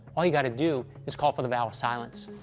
all you got to do is call for the vow of silence.